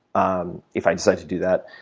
um if i decide to do that,